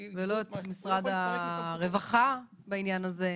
ולא את משרד הרווחה בעניין הזה.